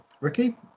ricky